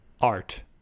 art